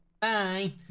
Bye